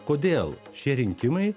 kodėl šie rinkimai